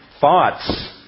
thoughts